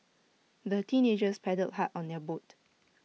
the teenagers paddled hard on their boat